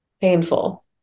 painful